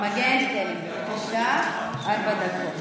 בבקשה, חברת הכנסת לימור מגן תלם, ארבע דקות.